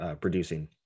producing